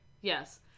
Yes